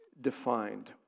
defined